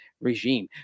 regime